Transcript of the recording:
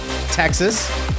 Texas